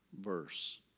verse